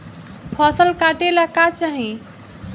फसल काटेला का चाही?